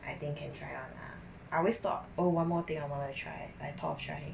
I think can try out lah I always thought oh one more thing I wanna try I thought of trying